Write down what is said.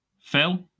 Phil